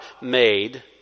made